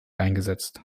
eingesetzt